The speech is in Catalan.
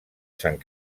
sant